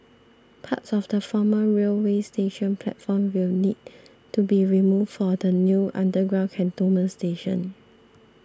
parts of the former railway station platform will need to be removed for the new underground Cantonment station